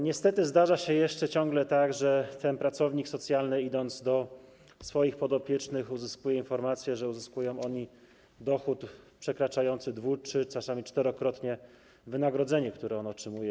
Niestety ciągle jeszcze zdarza się tak, że ten pracownik socjalny, idąc do swoich podopiecznych, uzyskuje informację, że uzyskują oni dochód przekraczający dwu-, trzy-, czasami czterokrotnie wynagrodzenie, które on otrzymuje.